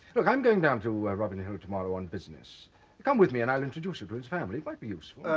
look i'm going down to robin hill tomorrow on business come with me and i'll introduce you to his family might be useful.